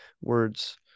words